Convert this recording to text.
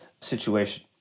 situation